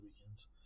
weekend's